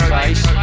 face